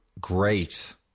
great